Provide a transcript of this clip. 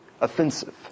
offensive